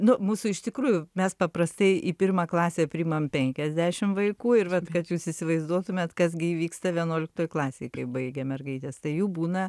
nu mūsų iš tikrųjų mes paprastai į pirmą klasę priimam penkiasdešim vaikų ir vat kad jūs įsivaizduotumėt kas gi įvyksta vienuoliktoj klasėj kai baigia mergaitės tai jų būna